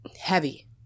heavy